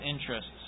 interests